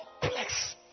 complex